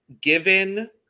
given